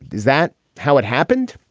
is that how it happened?